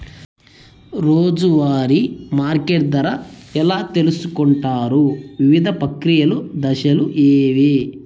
రోజూ వారి మార్కెట్ ధర ఎలా తెలుసుకొంటారు వివిధ ప్రక్రియలు దశలు ఏవి?